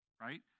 right